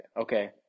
Okay